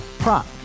Prop